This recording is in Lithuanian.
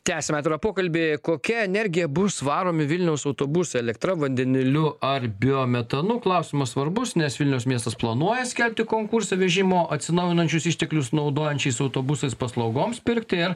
tęsiame pokalbį kokia energija bus varomi vilniaus autobusai elektra vandeniliu ar biometonu klausimas svarbus nes vilniaus miestas planuoja skelbti konkursą vežimo atsinaujinančius išteklius naudojančiais autobusais paslaugoms pirkti ir